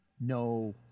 No